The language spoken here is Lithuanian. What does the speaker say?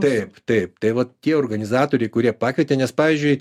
taip taip tai vat tie organizatoriai kurie pakvietė nes pavyzdžiui